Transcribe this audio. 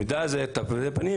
המידע של תווי פנים,